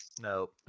no